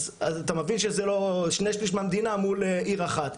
אז אתה מבין שזה לא שני שליש מהמדינה מול עיר אחת.